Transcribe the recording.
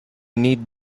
need